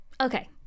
Okay